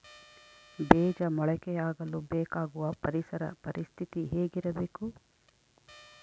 ಬೇಜ ಮೊಳಕೆಯಾಗಲು ಬೇಕಾಗುವ ಪರಿಸರ ಪರಿಸ್ಥಿತಿ ಹೇಗಿರಬೇಕು?